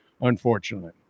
unfortunately